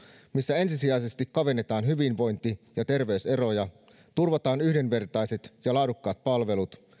missä ensisijaisesti kavennetaan hyvinvointi ja terveyseroja turvataan yhdenvertaiset ja laadukkaat palvelut